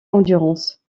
endurance